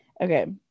okay